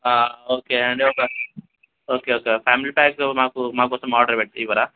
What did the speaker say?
okay అండి ఒక okay okay family pack మాకు మా కోసం ఆర్డర్ పెట్టి ఇవ్వరా